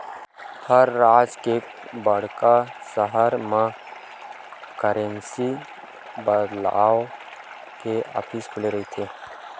हर राज के बड़का सहर म करेंसी बदलवाय के ऑफिस खुले रहिथे